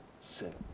sin